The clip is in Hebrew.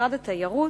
ומשרד התיירות,